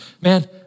man